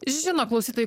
žino klausytojai